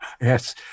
Yes